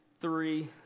three